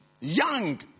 young